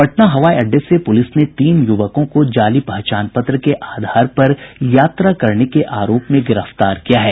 पटना हवाई अड्डे से पुलिस ने तीन युवकों को जाली पहचान पत्र के आधार पर यात्रा करने के आरोप में गिरफ्तार किया है